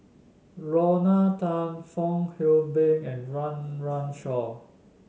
Lorna Tan Fong Hoe Beng and Run Run Shaw